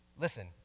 Listen